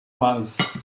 mice